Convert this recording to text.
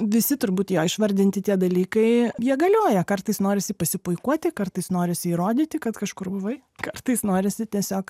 visi turbūt jo išvardinti tie dalykai jie galioja kartais norisi pasipuikuoti kartais norisi įrodyti kad kažkur buvai kartais norisi tiesiog